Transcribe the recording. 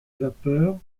vapeur